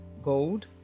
Gold